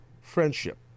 Friendship